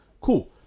cool